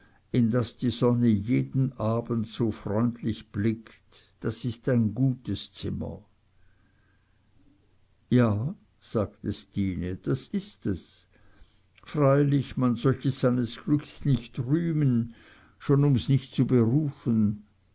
in das die sonne jeden abend so freundlich blickt das ist ein gutes zimmer ja sagte stine das ist es freilich man soll sich seines glückes nicht rühmen schon um's nicht zu berufen